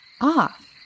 off